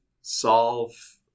solve